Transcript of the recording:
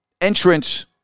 entrance